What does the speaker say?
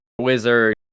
wizard